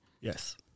Yes